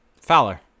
Fowler